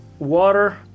water